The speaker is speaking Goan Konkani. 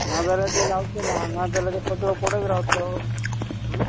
नाजाल्यार तें जावचें ना नाजाल्यार तें कचरो पडत रावतलो